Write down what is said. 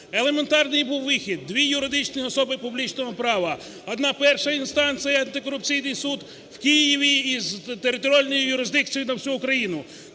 Елементарний був вихід. Дві юридичні особи публічного права. Одна – перша інстанція – антикорупційний суд в Києві і з територіальною юрисдикцією на всю Україну.